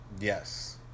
Yes